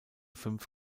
fünf